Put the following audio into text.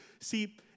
See